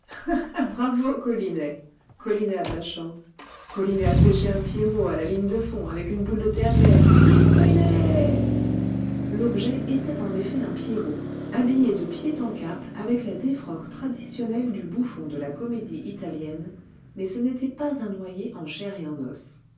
bravo colinet colinet a de la chance colinet a pêché un pierrot à la ligne de fond avec une boule de terre glaise vive colinet l'objet était en effet un pierrot habillé de pied en cap avec la défroque traditionnelle du bouffon de la comédie italienne mais ce n'était pas un noyé en chair et en os